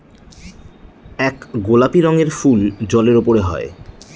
এক গোলাপি রঙের ফুল জলের উপরে হয়